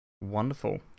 Wonderful